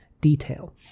detail